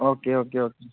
okay okay okay